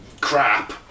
crap